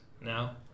now